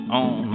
on